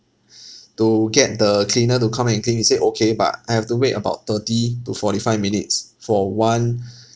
to get the cleaner to come and clean he said okay but I have to wait about thirty to forty five minutes for one